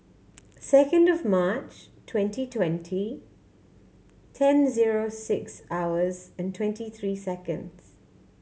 second March twenty twenty ten zero six hours and twenty three seconds